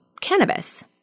cannabis